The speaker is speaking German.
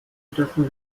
dürfen